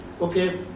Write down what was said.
okay